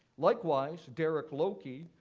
likewise, derek lokey,